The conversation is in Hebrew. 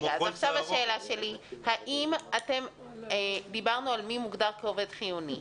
עכשיו השאלה שלי דיברנו על מי מוגדר כעובד חיוני.